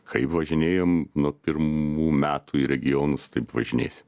kaip važinėjom nuo pirmų metų į regionus taip važinėsim